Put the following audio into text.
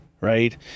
right